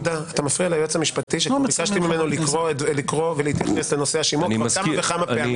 אתה מפריע ליועץ המשפטי שכבר ביקשתי ממנו כמה וכמה פעמים